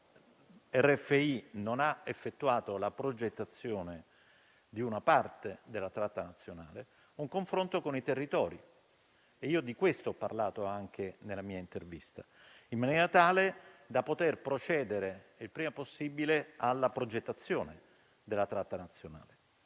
che RFI non ha effettuato la progettazione di una parte della tratta nazionale, serve un confronto con i territori e di questo ho parlato anche nella mia intervista, in maniera tale da poter procedere prima possibile alla progettazione della tratta nazionale.